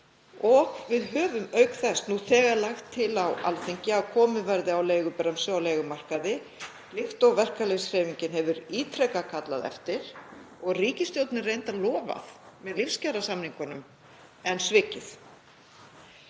Við höfum auk þess nú þegar lagt til á Alþingi að komið verði á leigubremsu á leigumarkaði, líkt og verkalýðshreyfingin hefur ítrekað kallað eftir og ríkisstjórnin reyndar lofað með lífskjarasamningunum en svikið.